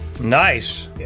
Nice